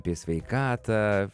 apie sveikatą